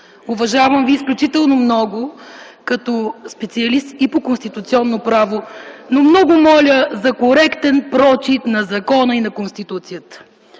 Уважавам Ви изключително много като специалист и по конституционно право, но много моля за коректен прочит на закона и на Конституцията.